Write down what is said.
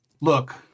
Look